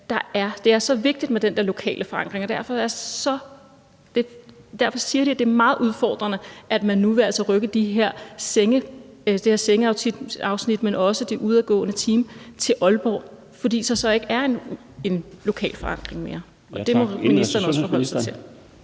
det er så vigtigt med den der lokale forankring. Derfor er det meget udfordrende, siger de, at man altså nu vil rykke det her sengeafsnit og også det udadgående team til Aalborg. For så er der ikke en lokal forankring mere. Det må ministeren også forholde sig til.